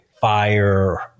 fire